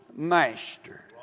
Master